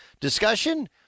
discussion